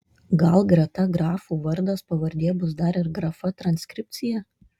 gal greta grafų vardas pavardė bus dar ir grafa transkripcija